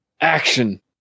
Action